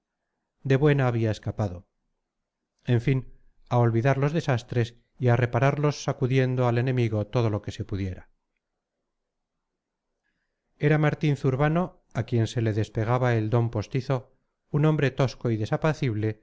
de buena había escapado en fin a olvidar los desastres y a repararlos sacudiendo al enemigo todo lo que se pudiera era martín zurbano a quien se le despegaba el don postizo un hombre tosco y